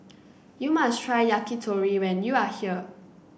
you must try Yakitori when you are here